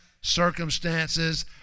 circumstances